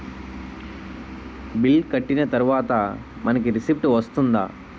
Bill కట్టిన తర్వాత మనకి రిసీప్ట్ వస్తుందా?